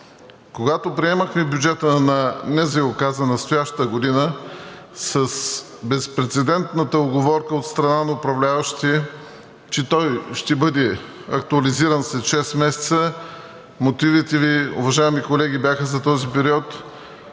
Когато приемахме бюджета на НЗОК за настоящата година с безпрецедентната уговорка от страна на управляващите, че той ще бъде актуализиран след шест месеца, мотивите Ви, уважаеми колеги, бяха за този период,